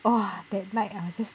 !wah! that night I was just